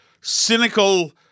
cynical